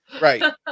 Right